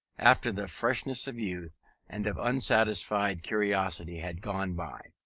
after the freshness of youth and of unsatisfied curiosity had gone by.